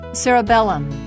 cerebellum